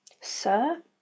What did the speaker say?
Sir